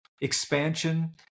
Expansion